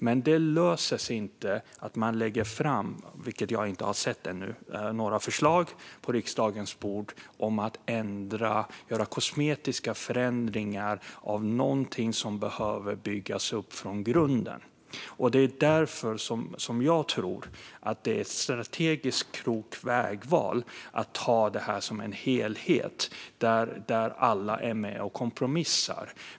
Men dem löser man inte genom att lägga fram förslag på riksdagens bord - vilket jag inte har sett ännu - om att göra kosmetiska förändringar av något som behöver byggas upp från grunden. Det är därför jag tror att det är ett strategiskt klokt vägval att ta det här som en helhet där alla är med och kompromissar.